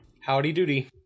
Howdy-doody